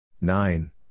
Nine